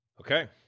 Okay